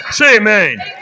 Amen